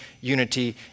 unity